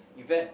event